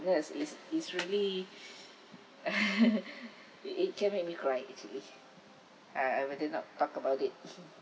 ya it is it's really it it can make me cry actually I I rather not talk about it